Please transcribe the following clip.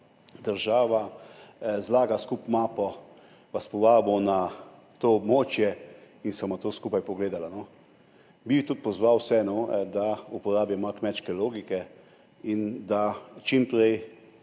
država zlaga skupaj mapo, vas povabil na to območje in si bova to skupaj pogledala. Bi tudi pozval vse, da uporabijo malo kmečke logike in da se čim prej